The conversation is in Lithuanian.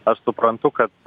aš suprantu kad